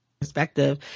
perspective